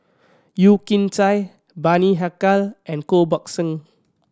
Yeo Kian Chai Bani Haykal and Koh Buck Song